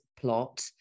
plot